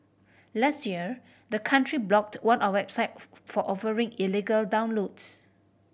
last year the country blocked one a website for offering illegal downloads